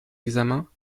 examens